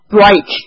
break